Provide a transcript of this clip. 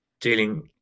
dealing